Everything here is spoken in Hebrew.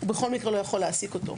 הוא בכל מקרה לא יכול להעסיק אותו.